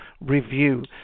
review